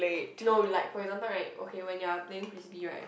no like for example right okay when your playing frisbee right